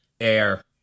air